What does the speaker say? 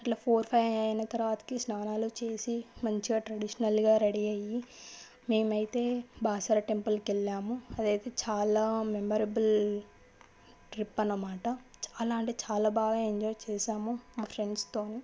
అట్లా four five అయిన తరువాత స్నానాలు చేసి మంచిగా ట్రెడిషనల్గా రెడీ అయ్యి మేమైతే బాసర టెంపుల్కి వెళ్ళాము అది అయితే చాలా మెమరబుల్ ట్రిప్ అన్నమాట చాలా అంటే చాలా బాగా ఎంజాయ్ చేశాము మా ఫ్రెండ్స్తో